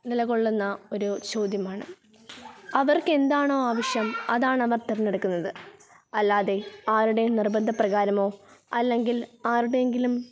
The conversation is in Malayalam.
നിലകൊള്ളുന്ന ഒരു ചോദ്യമാണ് അവർക്ക് എന്താണോ ആവശ്യം അതാണവർ തിരഞ്ഞെടുക്കുന്നത് അല്ലാതെ ആരുടെയും നിർബന്ധപ്രകാരമോ അല്ലെങ്കിൽ ആരുടെയെങ്കിലും